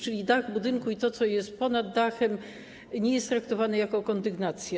Czyli dach budynku i to, co jest ponad dachem, nie jest traktowane jako kondygnacja.